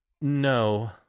No